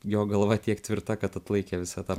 jo galva tiek tvirta kad atlaikė visą tą